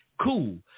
cool